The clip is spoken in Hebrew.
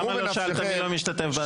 למה לא שאלת מי לא משתתף בהצבעה?